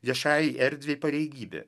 viešajai erdvei pareigybė